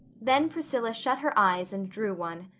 then priscilla shut her eyes and drew one.